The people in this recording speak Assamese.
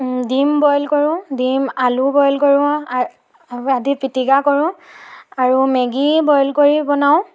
ডিম বইল কৰোঁ ডিম আলু বইল কৰোঁ আ আদি পিটিকা কৰোঁ আৰু মেগি বইল কৰি বনাওঁ